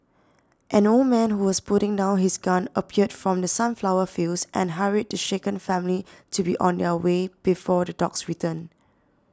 an old man who was putting down his gun appeared from the sunflower fields and hurried the shaken family to be on their way before the dogs return